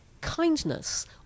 kindness